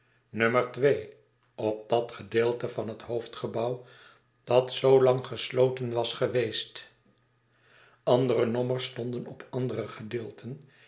no op dat gedeelte van het hoofdgebouw dat zoo lang gesloten was geweest andere nommers stonden op andere gedeelten